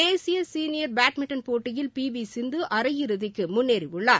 தேசிய senior badminton போட்டியில் பி வி சிந்து அரையிறுதிக்கு முன்னேறி உள்ளார்